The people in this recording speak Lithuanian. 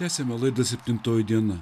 tęsiame laidą septintoji diena